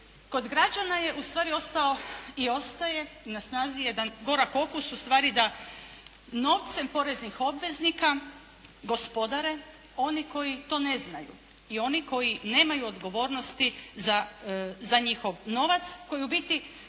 Kod građana je ustvari ostao i ostaje na snazi jedan gorak okus ustvari da novcem poreznih obveznika gospodare oni koji to ne znaju i oni koji nemaju odgovornosti za njihov novac koji u biti